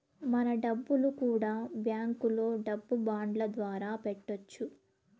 మన డబ్బులు కూడా బ్యాంకులో డబ్బు బాండ్ల ద్వారా పెట్టొచ్చు